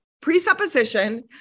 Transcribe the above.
presupposition